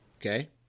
Okay